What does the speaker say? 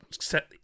set